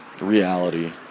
reality